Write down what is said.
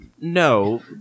no